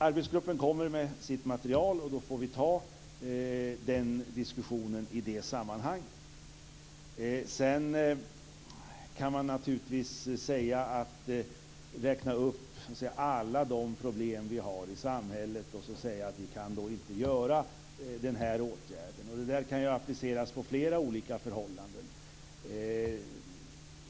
Arbetsgruppen kommer med sitt material, och vi får ta den här diskussionen i det sammanhanget. Sedan kan man naturligtvis räkna upp alla de problem vi har i samhället och säga att vi inte kan vidta den här åtgärden. Det kan appliceras på flera olika förhållanden.